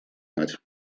мать